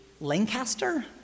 Lancaster